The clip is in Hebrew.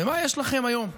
ומה יש לכם היום,